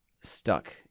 stuck